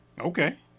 Okay